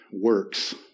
works